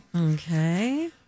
Okay